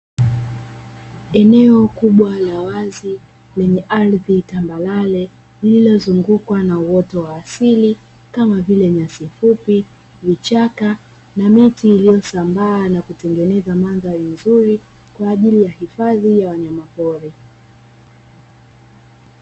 Eneo kubwa la wazi lenye ardhi tambarare lililozungukwa na uoto wa asili kama vile nyasi fupi, vichaka na miti iliyosambaa na kutengeneza mandhari nzuri kwa ajili ya uhifadhi ya wanyamapori.